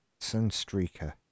Sunstreaker